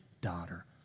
daughter